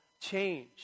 change